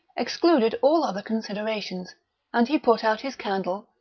excluded all other considerations and he put out his candle,